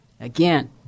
Again